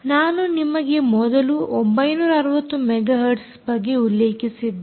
ನಾನು ನಿಮಗೆ ಮೊದಲು 960 ಮೆಗಾ ಹರ್ಟ್ಸ್ ಬಗ್ಗೆ ಉಲ್ಲೇಖಿಸಿದ್ದೆ